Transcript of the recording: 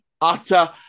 utter